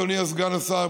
אדוני סגן השר,